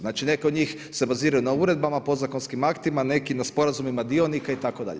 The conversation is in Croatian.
Znači, neke od njih se baziraju na uredbama, podzakonskim aktima, neki na sporazumima dionika itd.